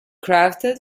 crafted